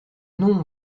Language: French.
non